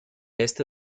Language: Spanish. este